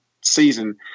season